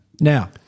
Now